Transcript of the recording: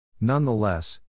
Nonetheless